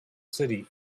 city